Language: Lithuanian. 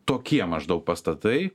tokie maždaug pastatai